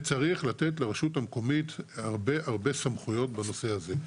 וצריך לתת לרשות המקומית הרבה הרבה סמכויות בנושא הזה.